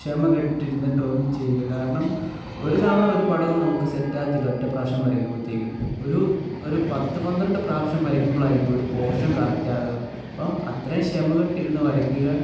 ക്ഷമ കെട്ടിരുന്നു ഡ്രോയിങ് ചെയ്യില്ല കാരണം ഒരു തവണ ഒരു പടവും നമുക്ക് സെറ്റാകത്തില്ല ഒറ്റ പ്രാവശ്യം വരക്കുമ്പത്തേക്കും ഒരു ഒരു പത്ത് പന്ത്രണ്ട് പ്രാവശ്യം വരകുമ്പോളായിരിക്കും ഒരു പോർഷൻ കറക്റ്റ് ആകുക അപ്പം അത്രയും ക്ഷമകെട്ട് ഇരുന്ന് വരക്കുക